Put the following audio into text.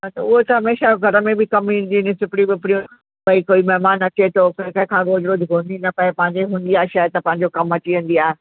हा त उहे त हमेशा घर में बि कमु ईंदियूं आहिनि सिपरियूं विपरियूं भई कोई महिमानु अचे थो कंहिं खां रोज़ु रोज़ु घुरिणी न पए पंहिंजी हूंदी आहे त शइ त पंहिंजो कमु अची वेंदी आहे